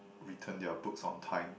return their books on time